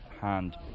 Hand